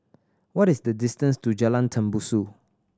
what is the distance to Jalan Tembusu